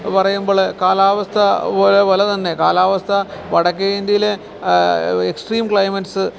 പറയുമ്പോള് കാലാവസ്ഥ പോലെ തന്നെ കാലാവസ്ഥ വടക്കേ ഇന്ത്യയിലെ എക്സ്ട്രീം ക്ലൈമറ്റ്സ്